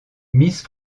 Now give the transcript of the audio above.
miss